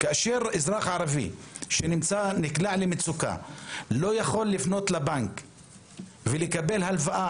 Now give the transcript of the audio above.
כאשר אזרח ערבי שנקלע למצוקה לא יכול לפנות לבנק ולקבל הלוואה,